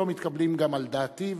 לא מתקבלים גם על דעתי,